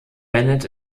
bennett